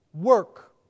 work